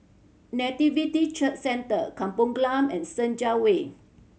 Nativity Church Centre Kampong Glam and Senja Way